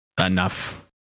enough